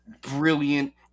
brilliant